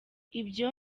ibyo